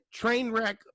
Trainwreck